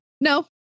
No